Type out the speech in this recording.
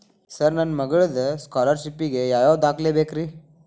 Sir ನನ್ನ ಮಗ್ಳದ scholarship ಗೇ ಯಾವ್ ಯಾವ ದಾಖಲೆ ಬೇಕ್ರಿ?